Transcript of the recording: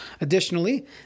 Additionally